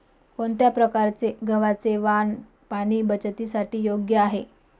कोणत्या प्रकारचे गव्हाचे वाण पाणी बचतीसाठी योग्य आहे?